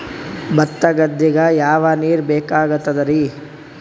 ಭತ್ತ ಗದ್ದಿಗ ಯಾವ ನೀರ್ ಬೇಕಾಗತದರೀ?